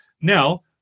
Now